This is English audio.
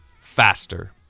faster